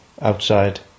outside